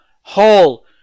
Hall